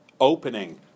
opening